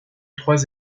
trois